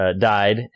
died